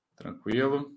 tranquilo